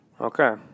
Okay